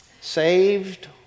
saved